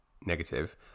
negative